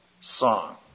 song